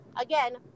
Again